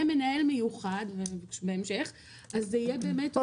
מנהל מיוחד בהמשך אז זה יהיה באמת אותו אדם רלוונטי.